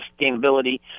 sustainability